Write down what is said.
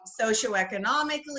socioeconomically